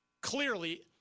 clearly